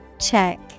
Check